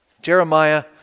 Jeremiah